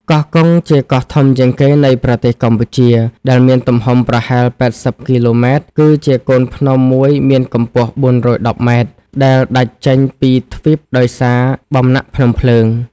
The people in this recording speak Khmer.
កោះកុង ជាកោះធំជាងគេនៃប្រទេសកម្ពុជា ដែលមានទំហំប្រហែល ៨០ គីឡូម៉ែត្រ គឺជាកូនភ្នំមួយមានកំពស់ ៤១០ ម៉ែត្រ ដែលដាច់ចេញពីទ្វីបដោយសារ បំណាក់ភ្នំភ្លើង ។